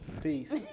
Peace